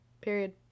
Period